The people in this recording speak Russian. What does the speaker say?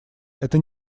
это